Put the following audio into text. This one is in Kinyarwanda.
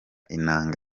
inanga